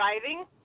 driving